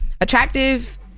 attractive